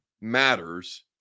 matters